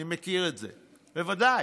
אני מכיר את זה, בוודאי.